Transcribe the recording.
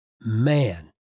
man